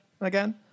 again